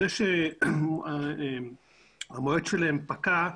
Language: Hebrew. זה שהמועד שלהן פקע,